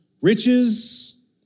Riches